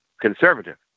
conservative